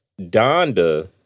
Donda